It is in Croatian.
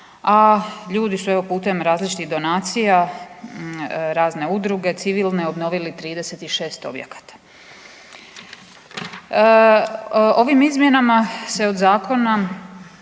a ljudi su evo putem različitih donacija razne udruge civilne obnovili 36 objekata. Ovim izmjenama se od zakona